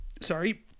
sorry